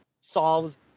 solves